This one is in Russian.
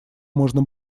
можно